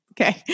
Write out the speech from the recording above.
Okay